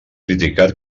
criticat